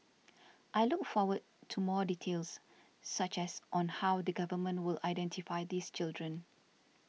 I look forward to more details such as on how the government will identify these children